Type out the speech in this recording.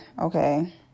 okay